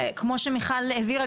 כמו שהעבירה,